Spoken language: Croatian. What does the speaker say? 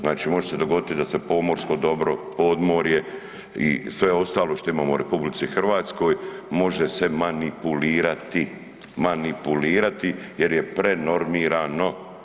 Znači može se dogoditi da se pomorsko dobro, podmorje i sve ostalo što imamo u RH može se manipulirati jer je prenormirano.